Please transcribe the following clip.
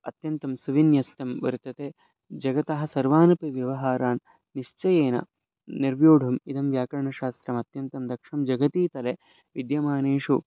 अत्यन्तं सुविन्यस्तं वर्तते जगतः सर्वानपि व्यवहारान् निश्चयेन निर्व्यूढुम् इदं व्याकरणशास्त्रमत्यन्तं दक्षं जगतीतले विद्यमानेषु